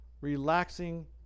relaxing